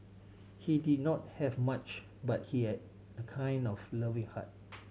he did not have much but he had a kind of loving heart